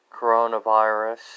coronavirus